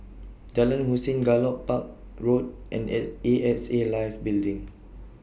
Jalan Hussein Gallop Park Road and X A X A Life Building